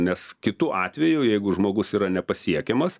nes kitu atveju jeigu žmogus yra nepasiekiamas